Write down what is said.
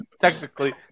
technically